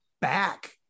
back